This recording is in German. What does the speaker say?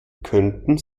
könnten